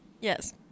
Yes